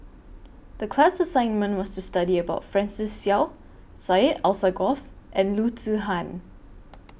The class assignment was to study about Francis Seow Syed Alsagoff and Loo Zihan